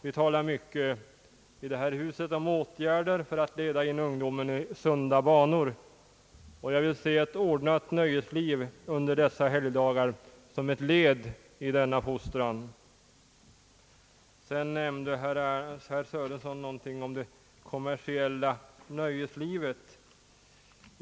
Vi talar mycket i detta hus om åtgärder för att leda in ungdomen på sunda banor, och jag vill se ett ordnat nöjesliv under dessa helgdagar som ett led i denna fostran. Sedan nämnde herr Sörenson något om det kommersiella nöjeslivet.